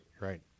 right